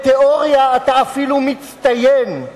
בתיאוריה אתה אפילו מצטיין.